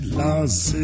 lost